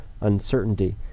uncertainty